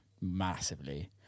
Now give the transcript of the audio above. massively